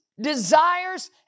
desires